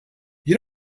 you